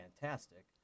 fantastic